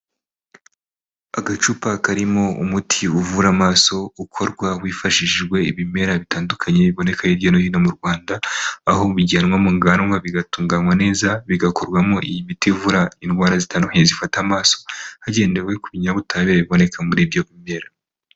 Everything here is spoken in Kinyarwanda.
Agacupa karimo umuti uvura amaso ukorwa hifashishijwe ibimera bitandukanye biboneka hirya no hino mu Rwanda, aho bijyanwa mu nganda bigatunganywa neza, bigakorwamo imiti ivura indwara zitandukanye zifata amaso, hagendewe ku binyabutare biboneka muri ibyo bimera.